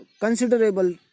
considerable